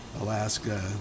Alaska